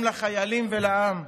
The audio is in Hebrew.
אני שואל שאלה פשוטה: מי האויב שלנו?